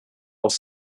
auch